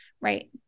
right